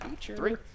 three